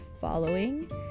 following